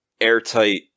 airtight